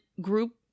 group